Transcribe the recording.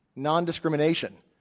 nondiscrimination,